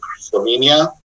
Slovenia